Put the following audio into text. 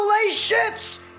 relationships